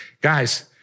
Guys